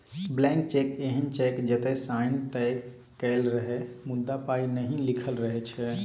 blank cheque एहन cheque जतय sign तए कएल रहय मुदा पाइ नहि लिखल रहै छै